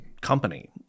company